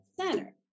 center